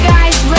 Guys